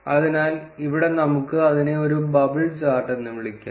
അതിനാൽ ഇവിടെ നമുക്ക് അതിനെ ഒരു ബബിൾ ചാർട്ട് എന്ന് വിളിക്കാം